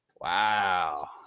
Wow